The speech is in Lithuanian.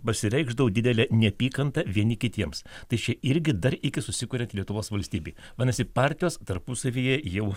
pasireikšdavo didelė neapykanta vieni kitiems tai čia irgi dar iki susikuriant lietuvos valstybei vadinasi partijos tarpusavyje jau